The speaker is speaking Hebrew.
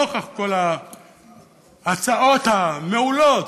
נוכח כל ההצעות המעולות,